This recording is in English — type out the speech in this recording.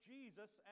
Jesus